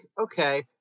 okay